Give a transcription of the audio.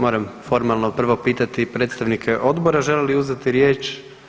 Moram formalno prvo pitati predstavnike odbora žele li uzeti riječ?